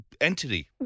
entity